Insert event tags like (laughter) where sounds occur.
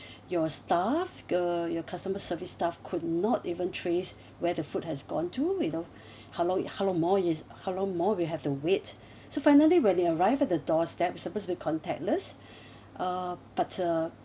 your staff girl your customer service staff could not even trace where the food has gone to you know (breath) how long it how long more is how long more we have to wait so finally when they arrived at the doorstep supposed to be contactless (breath) uh but uh